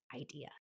idea